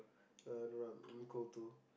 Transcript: uh no lah I'm cold too